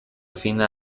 fina